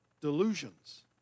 delusions